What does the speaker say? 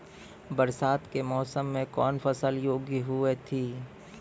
बरसात के मौसम मे कौन फसल योग्य हुई थी?